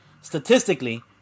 statistically